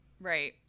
Right